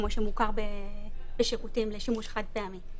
כמו שמוכר בשירותים לשימוש חד-פעמי.